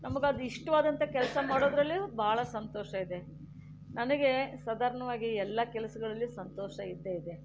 ನಮಗದು ಇಷ್ಟವಾದಂತಹ ಕೆಲಸ ಮಾಡೋದ್ರಲ್ಲಿಯೂ ಬಹಳ ಸಂತೋಷ ಇದೆ ನನಗೆ ಸಾಧಾರಣವಾಗಿ ಎಲ್ಲ ಕೆಲಸಗಳಲ್ಲಿ ಸಂತೋಷ ಇದ್ದೇ ಇದೆ